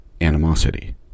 animosity